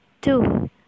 two